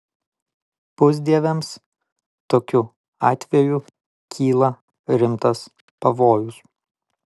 pusdieviams tokiu atveju kyla rimtas pavojus